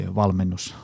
valmennus